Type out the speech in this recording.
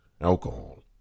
alcohol